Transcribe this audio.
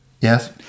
yes